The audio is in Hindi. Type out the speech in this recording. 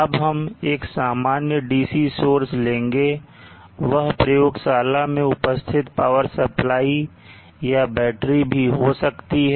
अब हम एक सामान्य DC सोर्स लेंगे वह प्रयोगशाला में उपस्थित पावर सप्लाई या बैटरी भी हो सकती है